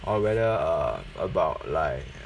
or whether uh about like